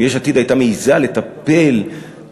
אם יש עתיד הייתה מעזה לטפל קצת,